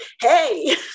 hey